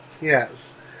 Yes